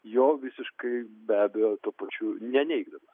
jo visiškai be abejo tuo pačiu neneigdamas